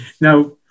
Now